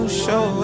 show